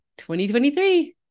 2023